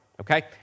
okay